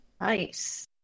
nice